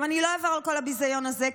אני לא אעבור על כל הביזיון הזה,